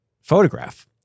photograph